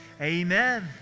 Amen